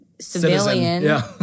civilian